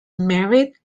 married